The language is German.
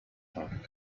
tag